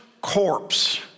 corpse